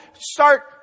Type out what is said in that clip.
start